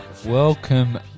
Welcome